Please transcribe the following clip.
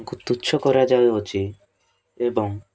ତାଙ୍କୁ ତୁଚ୍ଛ କରାଯାଉଅଛି ଏବଂ